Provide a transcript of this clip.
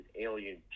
alien